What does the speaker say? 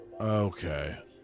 okay